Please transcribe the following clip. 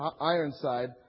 Ironside